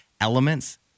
elements